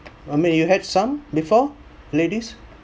I mean you had some before ladies